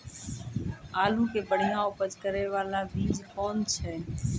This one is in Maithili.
आलू के बढ़िया उपज करे बाला बीज कौन छ?